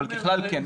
אבל ככלל כן.